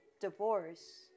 divorce